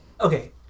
Okay